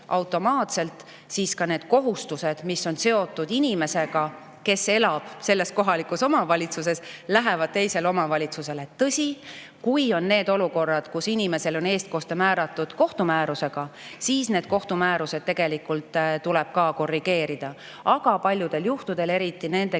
automaatselt need kohustused, mis on seotud inimesega, kes elab kohalikus omavalitsuses, teisele omavalitsusele. Tõsi, kui on selline olukord, kus inimesele on eestkoste määratud kohtumäärusega, siis tuleb kohtumäärust ka korrigeerida. Aga paljudel juhtudel, eriti nende